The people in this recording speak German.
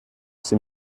sie